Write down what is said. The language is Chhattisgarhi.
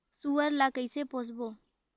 सुअर ला कइसे पोसबो?